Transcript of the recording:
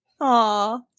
Aw